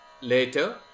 Later